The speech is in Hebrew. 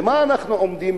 ובפני מה אנחנו עומדים?